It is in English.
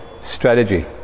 strategy